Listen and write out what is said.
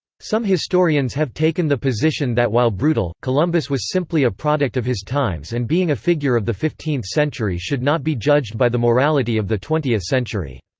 some historians have taken the position that while brutal, columbus was simply a product of his times and being a figure of the fifteenth century should not be judged by the morality of the twentieth century.